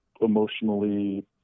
emotionally